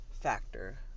factor